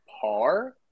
par